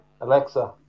Alexa